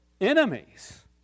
enemies